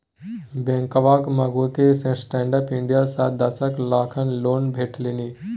बेंगबाक माउगीक stand up India सँ दस लाखक लोन भेटलनि